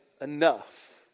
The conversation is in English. enough